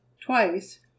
Twice